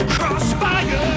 Crossfire